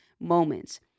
moments